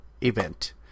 Event